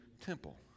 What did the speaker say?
temple